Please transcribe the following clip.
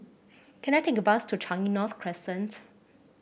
can I take a bus to Changi North Crescent